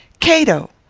cato!